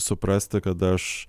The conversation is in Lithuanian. suprasti kad aš